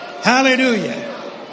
Hallelujah